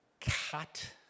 cut